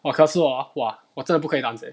哇可是 hor 哇我真的不可以 dance leh